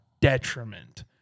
detriment